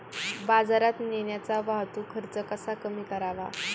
बाजारात नेण्याचा वाहतूक खर्च कसा कमी करावा?